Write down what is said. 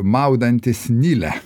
maudantis nile